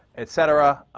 etc.